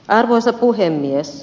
arvoisa puhemies